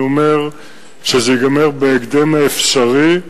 אני אומר שזה ייגמר בהקדם האפשרי,